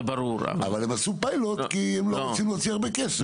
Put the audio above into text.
אבל עשו פיילוט כי לא רוצים להוציא הרבה כסף.